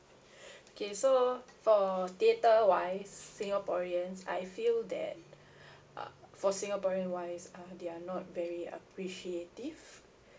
okay so for theatre wise singaporeans I feel that uh for singaporean wise uh they are not very appreciative